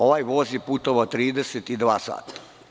Ovaj voz je putovao 32 sata.